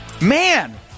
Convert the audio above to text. Man